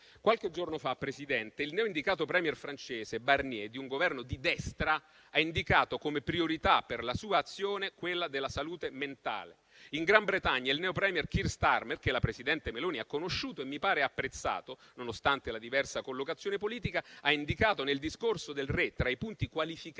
Qualche giorno fa, signor Presidente, il neo nominato *premier* francese Barnier di un Governo di destra ha indicato come priorità per la sua azione quella della salute mentale. In Gran Bretagna il neo *premier* Keir Starmer, che la presidente Meloni ha conosciuto e - mi pare - apprezzato, nonostante la diversa collocazione politica, ha indicato nel "discorso del re", tra i punti qualificanti